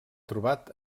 trobat